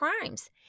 crimes